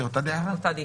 אותה דעיכה?